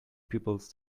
pupils